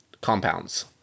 compounds